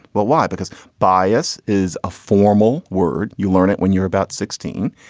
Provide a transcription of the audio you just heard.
but why? because bias is a formal word. you learn it when you're about sixteen.